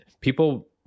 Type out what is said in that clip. people